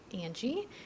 Angie